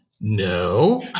No